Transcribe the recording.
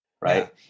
Right